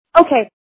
okay